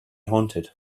haunted